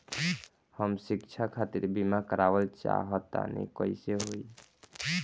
हम शिक्षा खातिर बीमा करावल चाहऽ तनि कइसे होई?